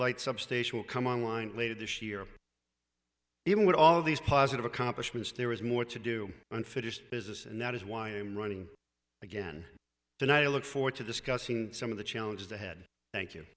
light substation will come online later this year even with all these positive accomplishments there is more to do unfinished business and that is why i am running again tonight i look forward to discussing some of the challenges ahead thank you